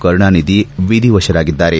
Karunanidhi ವಿಧಿವಶರಾಗಿದ್ದಾರೆ